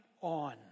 on